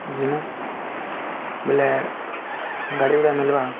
ଯିମୁ ବୋଲେ ଗାଡ଼ି ଭଡ଼ା ମିଲବା